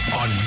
on